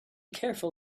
careful